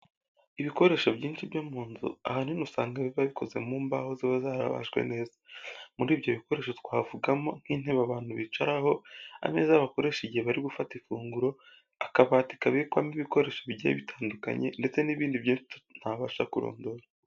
Ibikoresho byinshi byo mu nzu, ahanini usanga biba bikoze mu mbaho ziba zarabajwe neza. Muri ibyo bikoresho twavugamo nk'intebe abantu bicaraho, ameza bakoresha igihe bari gufata ifunguro, akabati kabikwamo ibikoresho bigiye bitandukanye ndetse n'ibindi byinshi ntabasha kurondora.